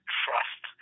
trust